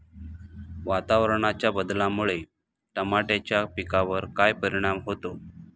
वातावरणाच्या बदलामुळे टमाट्याच्या पिकावर काय परिणाम होतो?